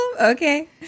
Okay